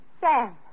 Sam